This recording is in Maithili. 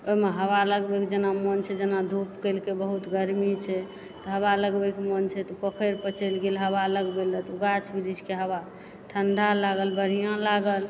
ओहिमे हवा लगवैमे जेना मन छै जेना धूप कैलकै बहुत गरमी छै तऽ हवा लगबै कऽ मन छै तऽ पोखरि पर चलि गेल हवा लगबै लऽ तऽ गाछ वृक्षके हवा ठण्डा लागल तऽ बढ़िआँ लागल